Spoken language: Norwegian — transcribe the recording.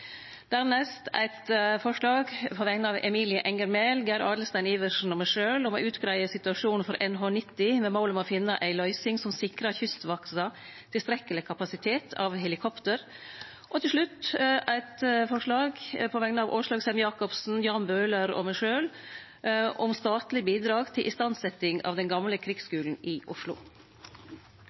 Dernest vil eg setje fram eit forslag på vegner av representantane Emilie Enger Mehl, Geir Adelsten Iversen og meg sjølv om å greie ut situasjonen for NH90 med mål om å finne ei løysing som sikrar Kystvakta tilstrekkeleg kapasitet av helikopter. Til slutt vil eg setje fram eit forslag på vegner av representantane Åslaug Sem-Jakobsen, Jan Bøhler og meg sjølv om statleg bidrag til istandsetjing av den gamle krigsskulen i Oslo.